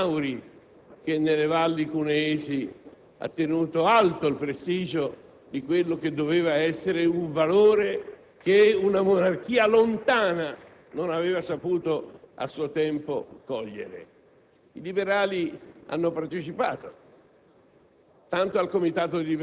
voglio anche ricordare il comandante Mauri che, nelle valli cuneesi, tenne alto il prestigio di quello che doveva essere un valore che una monarchia lontana non aveva saputo a suo tempo cogliere. I liberali hanno partecipato